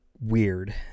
weird